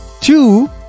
two